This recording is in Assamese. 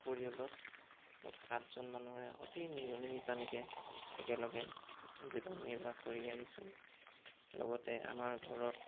পৰিয়ালত মুঠ সাতজন মানুহেৰে অতি নিৰণি নিপানীকে একেলগে জীৱন নিৰ্বাহ কৰি আহিছোঁ লগতে আমাৰ ঘৰত